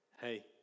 hey